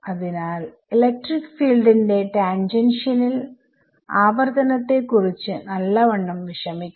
അതിനാൽ electric field ന്റെ tangential ആവർത്തനത്തെ കുറിച്ച് നല്ലവണ്ണം വിഷമിക്കണം